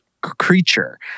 creature